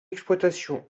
exploitation